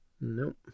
Nope